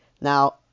Now